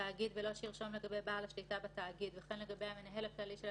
בלא שירשום לגבי מקבל השירות ולגבי מיופה הכוח את